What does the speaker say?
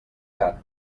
car